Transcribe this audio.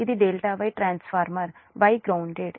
ఇది ∆ Y transformer Y grounded